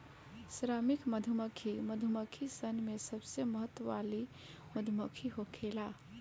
श्रमिक मधुमक्खी मधुमक्खी सन में सबसे महत्व वाली मधुमक्खी होखेले